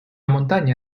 montaña